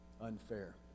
unfair